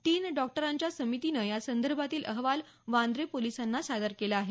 तीन डॉक्टरांच्या समितीनं या संदर्भातील अहवाल वांद्रे पोलिसांना सादर केला आहे